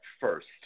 first